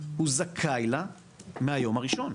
הוא זכאי לה מהיום הראשון,